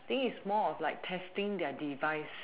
think is more of like testing their device